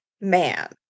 man